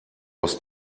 aus